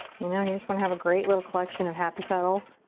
you know, you just want to have a great little collection of happy petals.